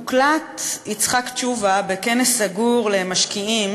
הוקלט יצחק תשובה בכנס סגור למשקיעים.